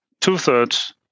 two-thirds